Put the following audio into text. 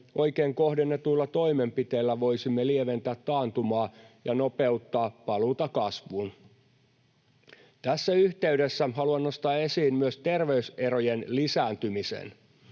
oikein kohdennetuilla toimenpiteillä voisimme lieventää taantumaa ja nopeuttaa paluuta kasvuun. Tässä yhteydessä haluan nostaa esiin myös terveyserojen lisääntymisen.